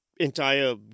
entire